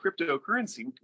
cryptocurrency